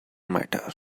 matter